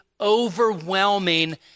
overwhelming